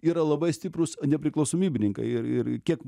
yra labai stiprūs nepriklausomybininkai ir ir kiek